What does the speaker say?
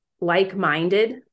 like-minded